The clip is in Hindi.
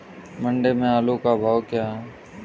मंडी में आलू का भाव क्या है?